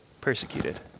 persecuted